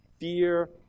fear